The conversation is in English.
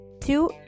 two